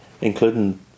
Including